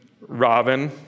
Robin